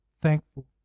thankful